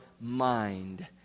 mind